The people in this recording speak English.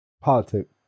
Politics